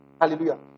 Hallelujah